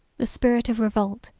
the spirit of revolt,